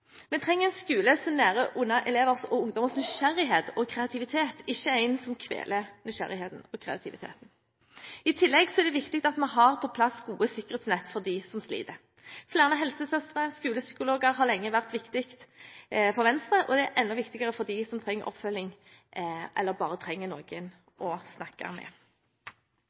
Vi trenger en skole som gir næring til elevers og ungdommers nysgjerrighet og kreativitet, ikke en som kveler nysgjerrigheten og kreativiteten. I tillegg er det viktig at vi har på plass gode sikkerhetsnett for dem som sliter. Flere helsesøstre og skolepsykologer har lenge vært viktig for Venstre, og det er enda viktigere for dem som trenger oppfølging, eller bare trenger noen å snakke med.